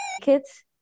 kids